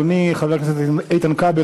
אדוני חבר הכנסת איתן כבל,